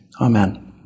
Amen